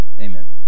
amen